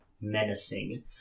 menacing